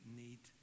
need